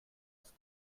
ist